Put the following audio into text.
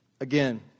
again